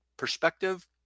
perspective